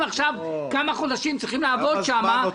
עכשיו כמה חודשים כי צריכים לעבוד שם.